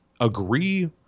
agree